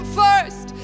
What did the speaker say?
first